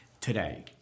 today